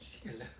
[sial] lah